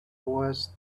was